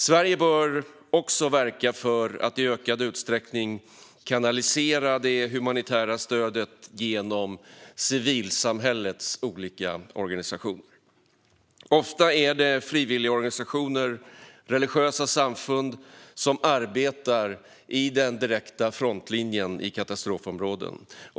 Sverige bör också verka för att i ökad utsträckning kanalisera det humanitära stödet genom civilsamhällets olika organisationer. Ofta är det frivilligorganisationer och religiösa samfund som arbetar i den direkta frontlinjen i katastrofområden.